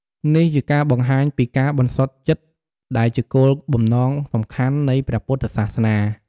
នេះជាការបង្ហាញពី ការបន្សុតចិត្ត ដែលជាគោលបំណងសំខាន់នៃព្រះពុទ្ធសាសនា។